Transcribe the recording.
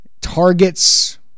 Targets